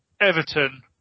Everton